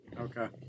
Okay